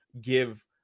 give